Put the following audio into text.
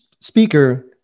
speaker